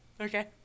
Okay